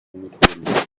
methoden